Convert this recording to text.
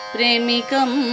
Premikam